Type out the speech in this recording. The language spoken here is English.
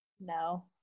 No